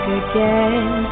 again